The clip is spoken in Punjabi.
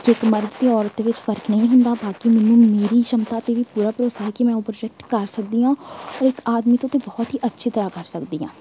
ਕਿ ਇੱਕ ਮਰਦ ਅਤੇ ਔਰਤ ਦੇ ਵਿੱਚ ਫ਼ਰਕ ਨਹੀਂ ਹੁੰਦਾ ਬਾਕੀ ਮੈਨੂੰ ਮੇਰੀ ਸ਼ਮਤਾ 'ਤੇ ਵੀ ਪੂਰਾ ਭਰੋਸਾ ਸੀ ਕਿ ਮੈਂ ਉਹ ਪ੍ਰੋਜੈਕਟ ਕਰ ਸਰਦੀ ਹਾਂ ਔਰ ਇੱਕ ਆਦਮੀ ਤੋਂ ਤਾਂ ਬਹੁਤ ਹੀ ਅੱਛੀ ਤਰ੍ਹਾਂ ਕਰ ਸਕਦੀ ਹਾਂ